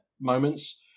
Moments